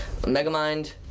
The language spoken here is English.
megamind